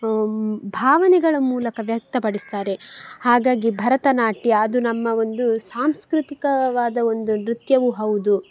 ಭಾವನೆಗಳ ಮೂಲಕ ವ್ಯಕ್ತಪಡಿಸ್ತಾರೆ ಹಾಗಾಗಿ ಭರತನಾಟ್ಯ ಅದು ನಮ್ಮ ಒಂದೂ ಸಾಂಸ್ಕೃತಿಕವಾದ ಒಂದು ನೃತ್ಯವೂ ಹೌದು